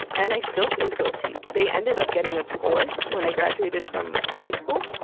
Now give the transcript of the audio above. and i still feel guilty. they ended up getting a divorce when i graduated from high school,